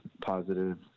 positive